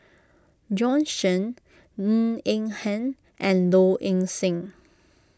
Bjorn Shen Ng Eng Hen and Low Ing Sing